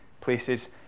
places